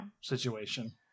Situation